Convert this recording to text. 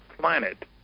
planet